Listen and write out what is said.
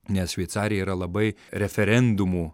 nes šveicarija yra labai referendumų